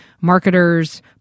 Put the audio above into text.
marketers